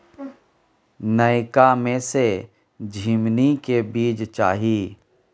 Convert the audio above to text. नयका में से झीमनी के बीज चाही?